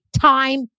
time